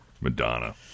madonna